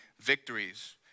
victories